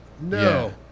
No